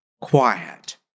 quiet